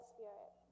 Spirit